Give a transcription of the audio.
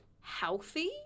healthy